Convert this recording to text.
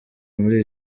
muri